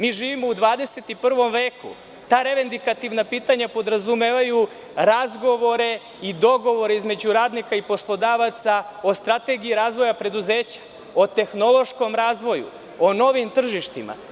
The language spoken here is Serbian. Mi živimo u 21. veku, ta pitanja podrazumevaju razgovore i dogovore između radnika i poslodavaca o Strategiji razvoja preduzeća, o tehnološkom razvoju, o novim tržištima.